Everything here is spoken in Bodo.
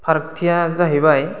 फारागथिया जाहैबाय